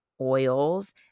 oils